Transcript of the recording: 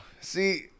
See